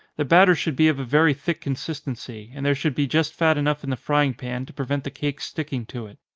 the batter should be of a very thick consistency, and there should be just fat enough in the frying pan to prevent the cakes sticking to it.